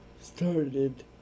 started